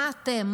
מה אתם?